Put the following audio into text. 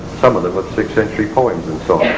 some of them are sixth century poems and so